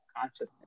consciousness